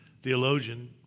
theologian